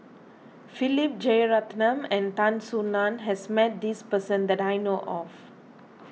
Philip Jeyaretnam and Tan Soo Nan has met this person that I know of